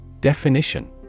Definition